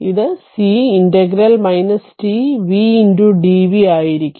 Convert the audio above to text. ഇത് c ∫ t v dv ആയിരിക്കും